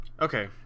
okay